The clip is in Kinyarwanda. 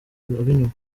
ab’inyuma